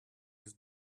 his